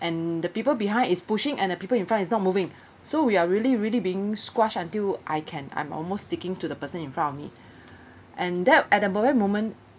and the people behind is pushing and the people in front is not moving so we're really really being squashed until I can I'm almost sticking to the person in front of me and that at the bad moment